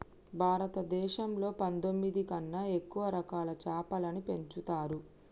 భారతదేశంలో పందొమ్మిది కన్నా ఎక్కువ రకాల చాపలని పెంచుతరు